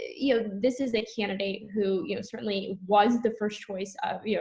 you know, this is a candidate who you know certainly was the first choice of, you know,